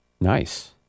Nice